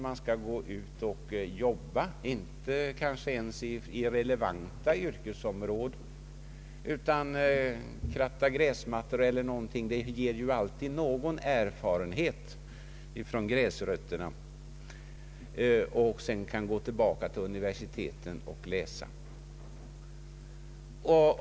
Man skall gå ut och jobba, kanske inte ens på relevanta yrkesområden, utan man skall kratta gräsmattor eller något liknande — det ger ju alltid någon erfarenhet ”från gräsrötterna” — och sedan skall man gå tillbaka till universiteten och läsa.